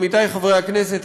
עמיתי חברי הכנסת,